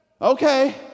Okay